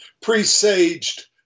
presaged